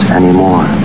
anymore